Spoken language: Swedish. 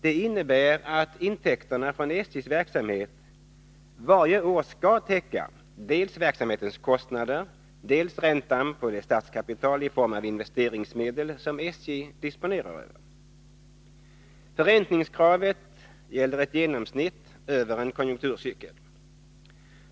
Det innebär att intäkterna från SJ:s verksamhet varje år skall täcka dels verksamhetens kostnader, dels räntan på det statskapital i form av investeringsmedel som SJ disponerar över. Förräntningskravet gäller ett genomsnitt över en konjunkturcykel.